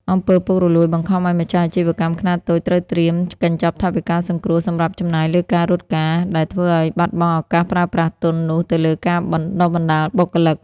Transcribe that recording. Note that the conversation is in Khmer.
អំពើពុករលួយ បង្ខំឱ្យម្ចាស់អាជីវកម្មខ្នាតតូចត្រូវត្រៀម "កញ្ចប់ថវិកាសង្គ្រោះ" សម្រាប់ចំណាយលើការរត់ការ ដែលធ្វើឱ្យបាត់បង់ឱកាសប្រើប្រាស់ទុននោះទៅលើការបណ្ដុះបណ្ដាលបុគ្គលិក។